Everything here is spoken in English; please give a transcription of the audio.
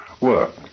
work